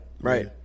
right